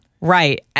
Right